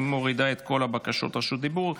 --- מורידה את כל בקשות רשות הדיבור.